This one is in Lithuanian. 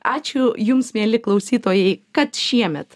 ačiū jums mieli klausytojai kad šiemet